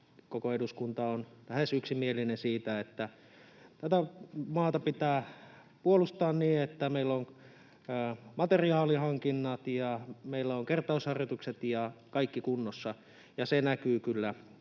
Koko eduskunta on lähes yksimielinen siitä, että tätä maata pitää puolustaa niin, että meillä on materiaalihankinnat ja meillä on kertausharjoitukset ja kaikki kunnossa, ja se näkyy kyllä